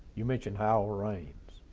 you mentioned hal raines.